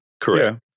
Correct